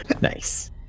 Nice